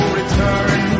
return